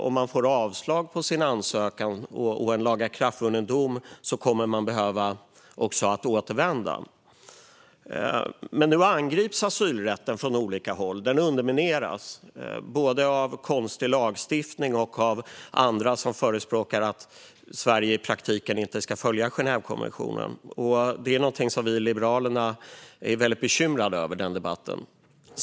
Om man får avslag på sin ansökan och en lagakraftvunnen dom kommer man att behöva återvända. Nu angrips asylrätten från olika håll. Den undermineras både av konstig lagstiftning och av dem som förespråkar att Sverige i praktiken inte ska följa Genèvekonventionen. Den debatten är vi i Liberalerna väldigt bekymrade över.